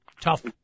Tough